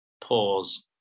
Pause